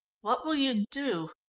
what will you do?